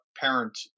parent